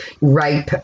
rape